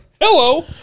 hello